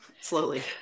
Slowly